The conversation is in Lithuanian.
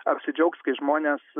apsidžiaugs kai žmonės